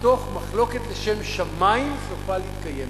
מחלוקת לשם שמים סופה להתקיים,